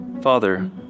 Father